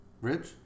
Rich